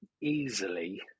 easily